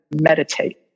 meditate